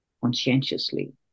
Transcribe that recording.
conscientiously